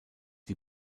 die